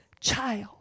child